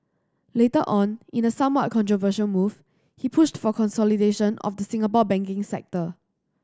later on in a somewhat controversial move he pushed for consolidation of the Singapore banking sector